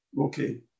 okay